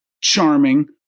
charming